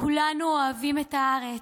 כולנו אוהבים את הארץ,